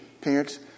Parents